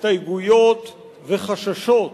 הסתייגויות וחששות